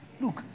Look